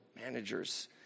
manager's